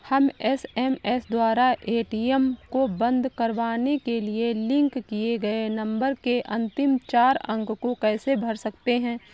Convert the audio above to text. हम एस.एम.एस द्वारा ए.टी.एम को बंद करवाने के लिए लिंक किए गए नंबर के अंतिम चार अंक को कैसे भर सकते हैं?